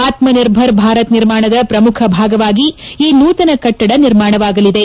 ಆತ್ಸನಿರ್ಭರ್ ಭಾರತ ನಿರ್ಮಾಣದ ಪ್ರಮುಖ ಭಾಗವಾಗಿ ಈ ನೂತನ ಕಟ್ಷಡ ನಿರ್ಮಾಣವಾಗಲಿದೆ